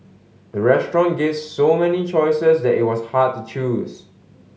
the restaurant gave so many choices that it was hard to choose